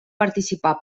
participar